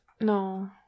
No